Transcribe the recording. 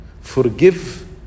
Forgive